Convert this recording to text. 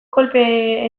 kolpe